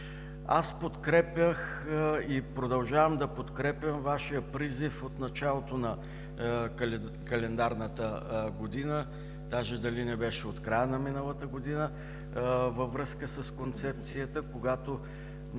Подкрепях и продължавам да подкрепям Вашия призив от началото на календарната година, даже дали не беше от края на миналата година, във връзка с Концепцията, когато